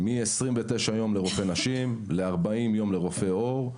מ-29 יום לרופא נשים, 40 יום לרופא עור,